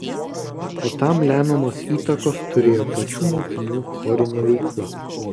o tam lemiamos įtakos turėjo pačių mokinių chorinė veikla